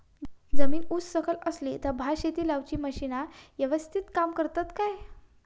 जमीन उच सकल असली तर भात लाऊची मशीना यवस्तीत काम करतत काय?